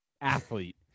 athlete